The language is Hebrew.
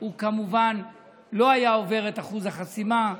הוא כמובן לא היה עובר את אחוז החסימה,